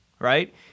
Right